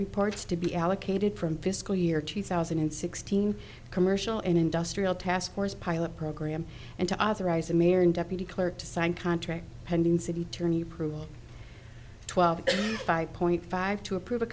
reports to be allocated from fiscal year two thousand and sixteen commercial and industrial task force pilot program and to authorize a marin deputy clerk to sign contracts pending city attorney approval twelve five point five to approve a